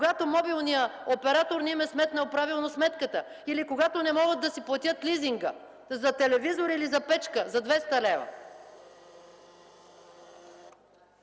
когато мобилният оператор не им е сметнал правилно сметката или когато не могат да си платят лизинга за телевизор или за печка за 200 лв.!